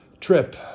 trip